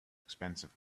expensive